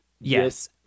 Yes